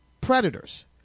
predators